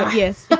yes,